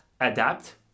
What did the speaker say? adapt